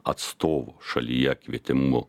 atstovo šalyje kvietimu